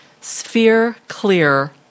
sphere-clear